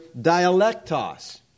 dialectos